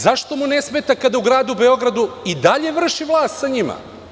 Zašto mu ne smeta kad u gradu Beogradu i dalje vrši vlast sa njima?